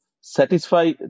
satisfy